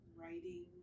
writing